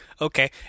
Okay